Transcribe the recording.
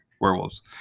Werewolves